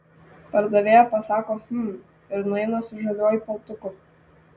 pardavėja pasako hm ir nueina su žaliuoju paltuku